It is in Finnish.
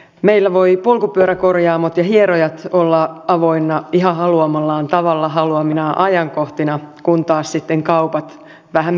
meillä voivat polkupyöräkorjaamot ja hieromot olla avoinna ihan haluamallaan tavalla haluaminaan ajankohtina kun taas kaupat vähän miten sattuu